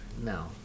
No